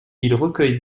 recueille